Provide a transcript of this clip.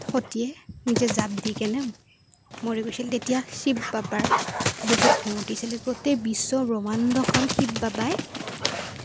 সতীয়ে নিজে জাঁপ দি কেনে মৰি গৈছিল তেতিয়া শিৱ বাবাৰ বহুত খং উঠিছিলে গোটেই বিশ্ব ব্ৰহ্মণ্ড শিৱ বাবাই